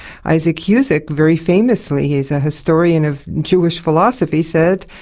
isaac husik, very famously, he's a historian of jewish philosophy, said,